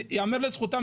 ייאמר לזכותם